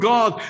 God